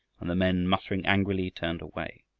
and the men, muttering angrily, turned away.